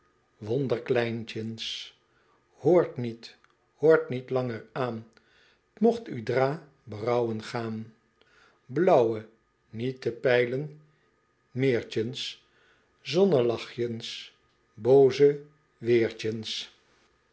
wonder kleintjes hoort niet hoort niet langer aan t mocht u dra berouwen gaan blauwe niet te peilen meirtjens zonnelachjens booze